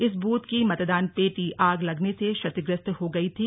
इस बूथ की मतदान पेटी आग लगने से क्षतिग्रस्त हो गयी थी